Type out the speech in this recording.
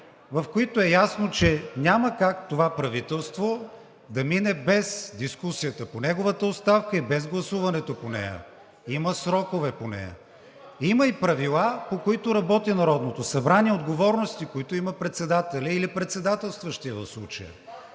в които е ясно, че няма как това правителство да мине без дискусията по неговата оставка и без гласуването по нея, има срокове по нея. Има и правила, по които работи Народното събрание, отговорности – председателстващият в случая.